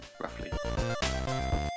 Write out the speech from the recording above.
roughly